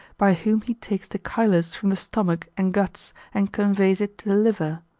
by whom he takes the chylus from the stomach and guts, and conveys it to the liver.